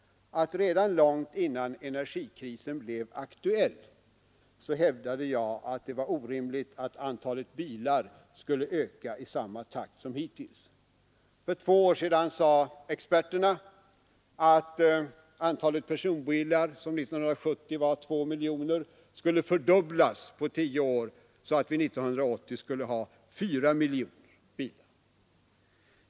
Redan långt innan energikrisen blev akut hävdade jag att det var orimligt att antalet bilar skulle öka i samma takt som hittills. För två år sedan sade experter att antalet personbilar, som 1970 var 2 miljoner, skulle fördubblas på tio år, så att vi 1980 skulle ha 4 miljoner bilar.